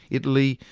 italy,